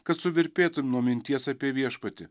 kad suvirpėtum nuo minties apie viešpatį